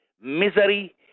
misery